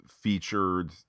featured